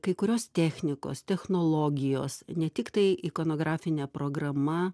kai kurios technikos technologijos ne tik tai ikonografinė programa